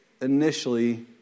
initially